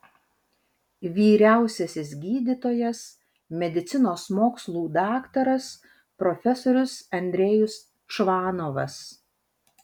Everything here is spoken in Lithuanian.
vyriausiasis gydytojas medicinos mokslų daktaras profesorius andrejus čvanovas